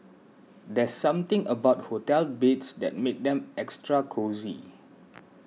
there's something about hotel beds that makes them extra cosy